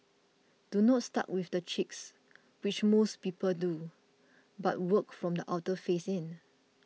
do not start with the cheeks which most people do but work from the outer face in